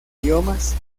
idiomas